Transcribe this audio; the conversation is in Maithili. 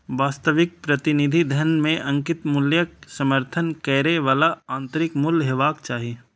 वास्तविक प्रतिनिधि धन मे अंकित मूल्यक समर्थन करै बला आंतरिक मूल्य हेबाक चाही